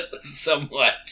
somewhat